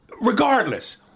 regardless